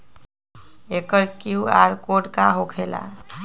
एकर QR code का होकेला?